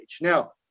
Now